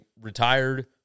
retired